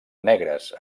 negres